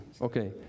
Okay